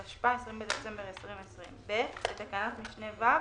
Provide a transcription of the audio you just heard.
בטבת התשפ"א (20 בדצמבר 2020)"; (ב)בתקנת משנה (ו),